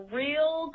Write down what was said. real